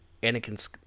Anakin's